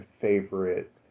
favorite